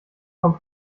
kommt